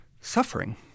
suffering